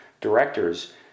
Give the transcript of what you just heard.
directors